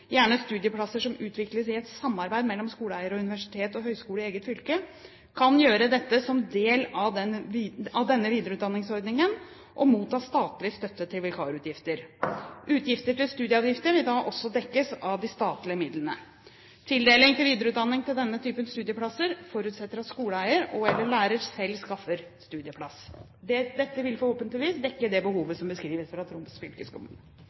gjerne studieplasser som utvikles i et samarbeid mellom skoleeier og universitet og høyskole i eget fylke, kan gjøre dette som del av denne videreutdanningsordningen og motta statlig støtte til vikarutgifter. Utgifter til studieavgifter vil da også dekkes av de statlige midlene. Tildeling til videreutdanning til denne typen studieplasser forutsetter at skoleeier og/eller lærer selv skaffer studieplass. Dette vil forhåpentligvis dekke det behovet som beskrives fra Troms fylkeskommune.